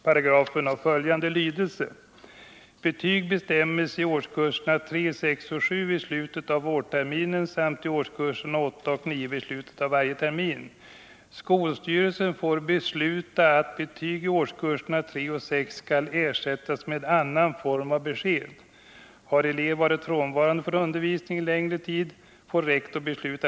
Paragrafen har följande lydelse: Skolstyrelsen har således en självständig beslutanderätt i frågor om ersättande av betyg i årskurserna 3 och 6 med annan form av besked. Fullmäktige kan alltså inte ge skolstyrelsen några direktiv i frågan.